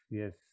yes